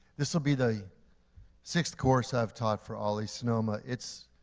this will be the sixth course i've taught for olli sonoma. it's,